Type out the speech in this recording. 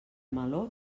meló